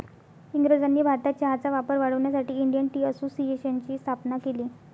इंग्रजांनी भारतात चहाचा वापर वाढवण्यासाठी इंडियन टी असोसिएशनची स्थापना केली